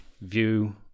view